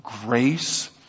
grace